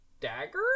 dagger